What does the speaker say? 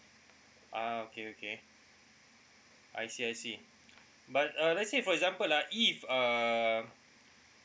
ah okay okay I see I see but uh let's say for example ah if err